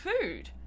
food